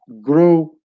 grow